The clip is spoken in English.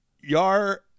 Yar